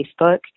Facebook